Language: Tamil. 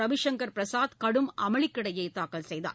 ரவிசங்கர் பிரசாத் கடும் அமளிக்கிடையேதாக்கல் செய்தார்